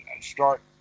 start